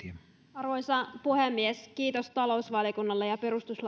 arvoisa puhemies kiitos talousvaliokunnalle ja perustuslakivaliokunnalle